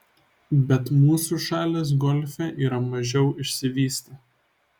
bet mūsų šalys golfe yra mažiau išsivystę